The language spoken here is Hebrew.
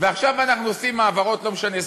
ועכשיו אנחנו עושים העברות, לא משנה,